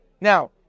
Now